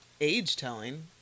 age-telling